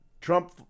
Trump